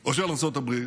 או של ארצות הברית,